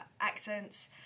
accents